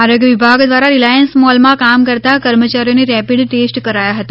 આરોગ્ય વિભાગ દ્વારા રિલાયન્સ મોલમાં કામ કરતા કર્મચારીઓના રેપીડ ટેસ્ટ કરાયા હતા